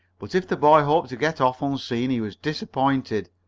but if the boy hoped to get off unseen he was disappointed.